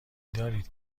دارید